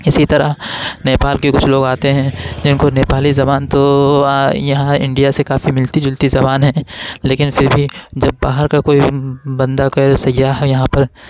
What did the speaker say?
اسی طرح نیپال کے کچھ لوگ آتے ہیں جن کو نیپالی زبان تو یہاں انڈیا سے کافی ملتی جلتی زبان ہے لیکن پھر بھی جب باہر کا کوئی بندہ کوئی سیاح یہاں پر